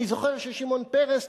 אני זוכר ששמעון פרס,